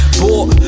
bought